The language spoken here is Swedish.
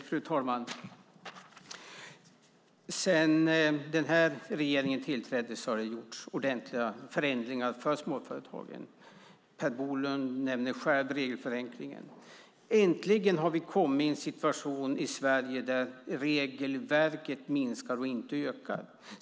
Fru talman! Sedan den nuvarande regeringen tillträdde har det gjorts ordentliga förändringar för småföretagen. Per Bolund nämner själv regelförenklingen. Äntligen har vi i Sverige kommit i en situation där regelverket minskar i stället för ökar.